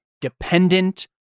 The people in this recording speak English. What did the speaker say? dependent